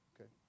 Okay